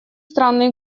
странный